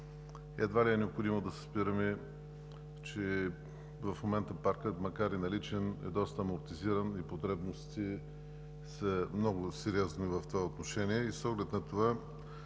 едва ли е необходимо да се спираме в момента, че паркът – макар и наличен, е доста амортизиран и потребностите са много сериозни в това отношение. С оглед на това,